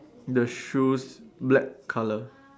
the shoes black colour